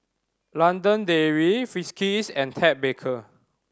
London Dairy Friskies and Ted Baker